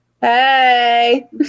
Hey